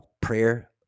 prayer